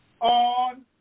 on